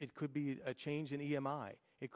it could be a change in e m i